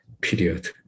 period